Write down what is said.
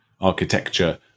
architecture